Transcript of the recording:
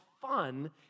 fun